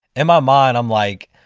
in my mind, i'm like,